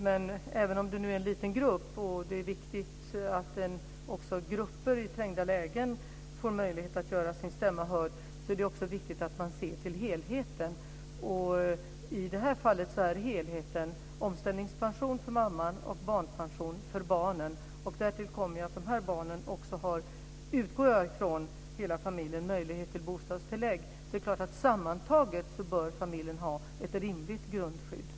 Men även om det nu är en liten grupp och det är viktigt att också grupper i trängda lägen får möjlighet att göra sin stämma hörd är det viktigt att man ser till helheten. I det här fallet är helheten omställningspension för mamman och barnpension för barnen. Därtill kommer att den här familjen också har, utgår jag ifrån, möjlighet till bostadstillägg. Det är klart att sammantaget bör familjen ha ett rimligt grundskydd.